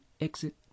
exit